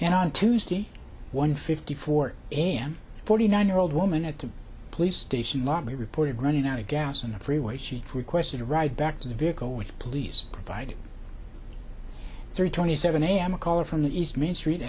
and on tuesday one fifty four am forty nine year old woman at the police station lobby reported running out of gas and freeways she requested a ride back to the vehicle with police provided three twenty seven a m a caller from the east main street